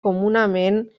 comunament